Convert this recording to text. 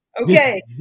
Okay